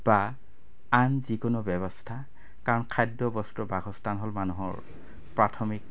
বা আন যিকোনো ব্যৱস্থা কাৰণ খাদ্য বস্ত্ৰ বাসস্থান হ'ল মানুহৰ প্ৰাথমিক